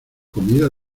comida